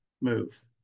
move